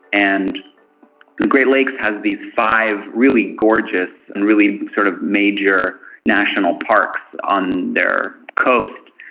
and the great lakes has these five really gorgeous and really sort of major national parks on their coast,